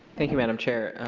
thank you, madam chairman.